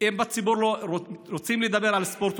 אם בציבור רוצים לדבר על ספורט,